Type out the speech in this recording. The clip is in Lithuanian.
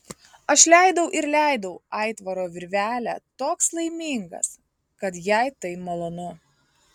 aš leidau ir leidau aitvaro virvelę toks laimingas kad jai tai malonu